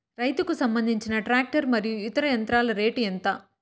రైతుకు సంబంధించిన టాక్టర్ మరియు ఇతర యంత్రాల రేటు ఎంత?